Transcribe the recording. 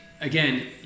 again